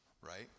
right